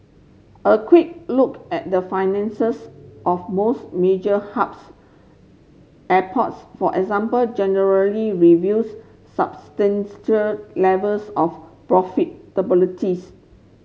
a quick look at the finances of most major hubs airports for example generally reveals levels of profit